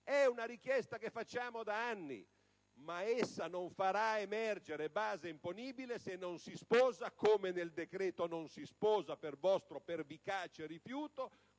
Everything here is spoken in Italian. è una richiesta che avanziamo da anni. Ma essa non farà emergere base imponibile se non si sposa - come nel decreto non si sposa, per vostro pervicace rifiuto